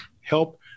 help